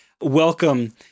Welcome